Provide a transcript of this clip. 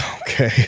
Okay